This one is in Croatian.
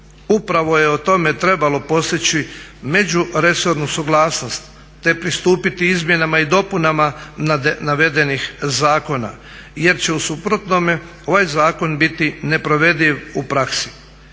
Upravo je o tome trebalo postići međuresornu suglasnost, te pristupiti izmjenama i dopunama navedenih zakona jer će u suprotnom ovaj zakon biti neprovediv u praksi.